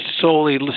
solely